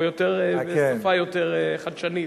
או בשפה יותר חדשנית.